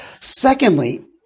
Secondly